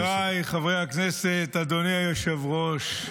חבריי חברי הכנסת, אדוני היושב-ראש,